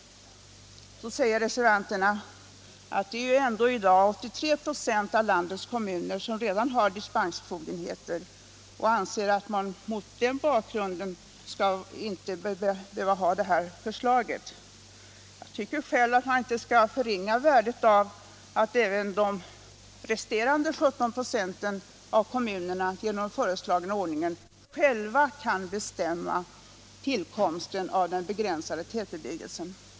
Reservanterna säger att det i dag ändå är 83 26 av landets kommuner som redan har dispensbefogenheter och anser mot den bakgrunden att det här förslaget inte behövs. Jag tycker inte man skall förringa värdet av att även dessa 17 resterande procent av kommunerna genom den föreslagna ordningen själva kan bestämma tillkomsten av den begränsade tätbebyggelsen.